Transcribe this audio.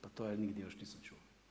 Pa to ja nigdje još nisam čuo.